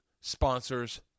sponsors